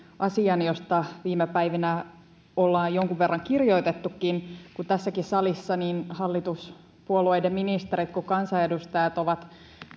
asian josta viime päivinä ollaan jonkun verran kirjoitettukin kun tässä salissa niin hallituspuolueiden ministerit kuin kansanedustajatkin ovat